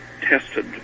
tested